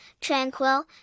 tranquil